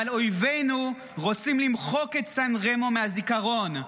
אבל אויבינו רוצים למחוק את סן רמו מהזיכרון,